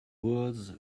words